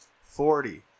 forty